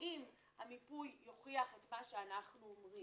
אני חושב שהמשרד להגנת הסביבה צריך להתחיל